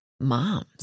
moms